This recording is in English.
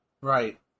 Right